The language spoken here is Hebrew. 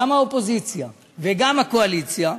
גם האופוזיציה וגם הקואליציה,